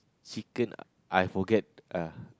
chicken I forget